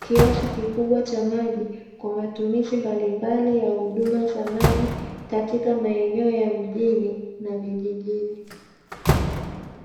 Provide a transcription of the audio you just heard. kiasi kikubwa, cha maji kwa matumizi mbalimbali ya huduma za maji, katika maeneo ya mjini na vijijini.